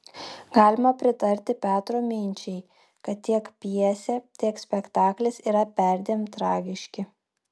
galima pritarti petro minčiai kad tiek pjesė tiek spektaklis yra perdėm tragiški